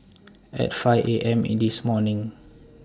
At five A M in This morning